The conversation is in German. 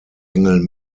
engel